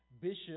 bishop